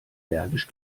bergisch